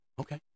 Okay